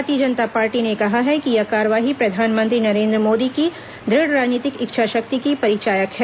भारतीय जनता पार्टी ने कहा है कि यह कार्रवाई प्रधानमंत्री नरेन्द्र मोदी की दुढ़ राजनीतिक इच्छा शक्ति की परिचायक है